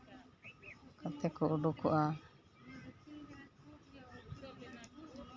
ᱠᱟᱛᱮᱫ ᱠᱚ ᱩᱰᱩᱠᱚᱜᱼᱟ